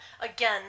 again